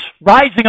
rising